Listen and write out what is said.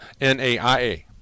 NAIA